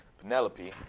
Penelope